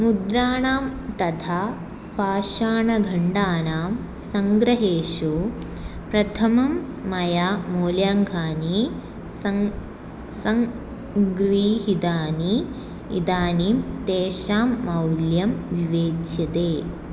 मुद्राणां तथा पाषाणखण्डानां सङ्ग्रहेषु प्रथमं मया मूल्याङ्कानां सङ् सङ्गृहितानि इदानीं तेषां मौल्यं विवेच्यते